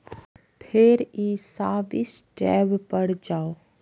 फेर ई service tab पर जाउ